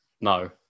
No